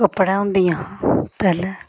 कपड़े होंदियां हां पैह्लें